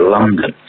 London